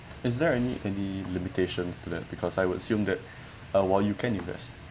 is there any any limitations to that because I would assume that uh while you can invest